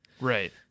Right